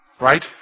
Right